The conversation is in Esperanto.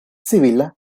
civila